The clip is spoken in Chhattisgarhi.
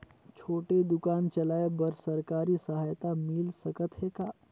छोटे दुकान चलाय बर सरकारी सहायता मिल सकत हे का?